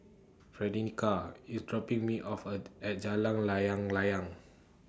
IS dropping Me afford At Jalan Layang Layang